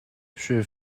she